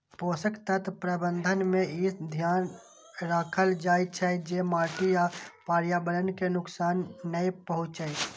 पोषक तत्व प्रबंधन मे ई ध्यान राखल जाइ छै, जे माटि आ पर्यावरण कें नुकसान नै पहुंचै